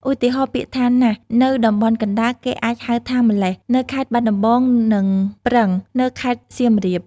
ឧទាហរណ៍ ពាក្យថា "ណាស់" នៅតំបន់កណ្តាល គេអាចហៅថា "ម៉្លេះ" នៅខេត្តបាត់ដំបង និង "ប្រឹង" នៅខេត្តសៀមរាប។